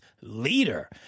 leader